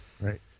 right